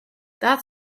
that